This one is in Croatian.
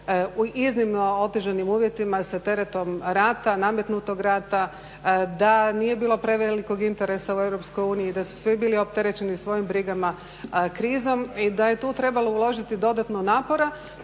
u iznimno otežanim uvjetima sa teretom rata, nametnutog rata, da nije bilo prevelikog interesa u EU, da su svi bili opterećeni svojim brigama, krizom i da je tu trebalo uložiti dodatno napora,